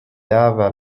اول